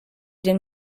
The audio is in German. den